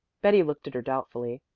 betty looked at her doubtfully.